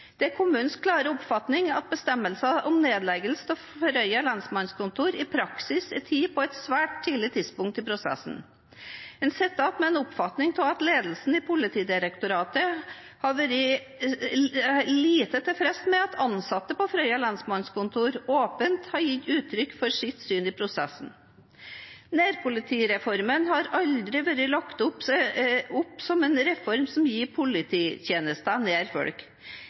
Det er kommunens klare oppfatning at bestemmelse om nedlegging av Frøya lensmannskontor i praksis er tatt på et svært tidlig tidspunkt i prosessen En sitter også igjen med en oppfatning av at ledelsen i politidistriktet har vært lite tilfreds med at ansatte ved Frøya lensmannskontor åpent har gitt uttrykk for sitt syn om reformprosessen Nærpolitireformen har aldri vært lagt opp som en reform som gir polititjenester nær folk.